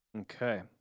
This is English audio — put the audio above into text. Okay